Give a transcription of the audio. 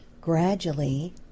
gradually